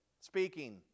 speaking